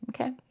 Okay